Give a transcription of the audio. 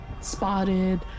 spotted